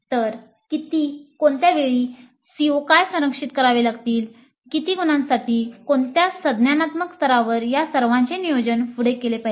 तर किती कोणत्या वेळी CO काय संरक्षित करावे लागतील किती गुणांसाठी कोणत्या संज्ञानात्मक स्तरावर या सर्वांचे नियोजन पुढे केले पाहिजे